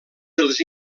dels